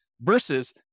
versus